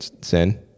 sin